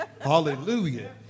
Hallelujah